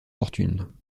fortune